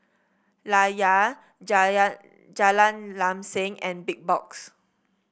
Layar Jalan Lam Sam and Big Box